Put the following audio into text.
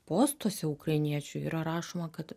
postuose ukrainiečių yra rašoma kad